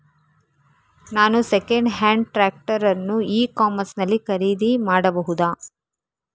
ನಾನು second hand tractor ಅನ್ನು e commerce ನಲ್ಲಿ ಖರೀದಿ ಮಾಡಬಹುದಾ?